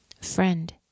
Friend